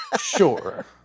Sure